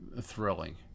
thrilling